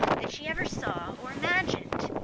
that she ever saw or imagined.